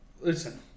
Listen